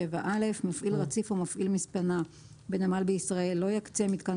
מפעיל רציף או מפעיל מספנה בנמל בישראל לא יקצה מיתקן